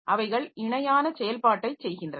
அவைகள் இணையான செயல்பாட்டைச் செய்கின்றன